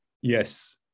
Yes